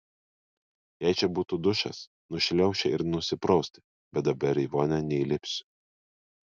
jei čia būtų dušas nušliaužčiau ir nusiprausti bet dabar į vonią neįlipsiu